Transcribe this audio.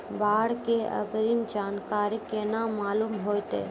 बाढ़ के अग्रिम जानकारी केना मालूम होइतै?